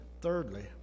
thirdly